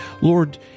Lord